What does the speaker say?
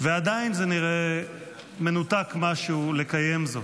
ועדיין זה נראה מנותק-משהו לקיים זאת.